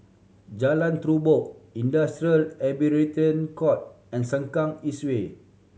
Jalan Terubok Industrial Arbitration Court and Sengkang Eest Way